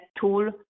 tool